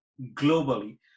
globally